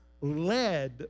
led